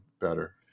better